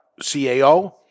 CAO